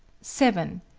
seven.